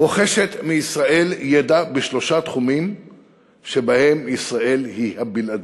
רוכשת מישראל ידע בשלושה תחומים שבהם ישראל היא הבלעדית.